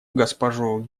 госпожу